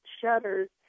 shutters